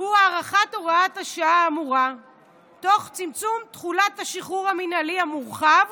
הוא הארכת הוראת השעה האמורה תוך צמצום תחולת השחרור המינהלי המורחב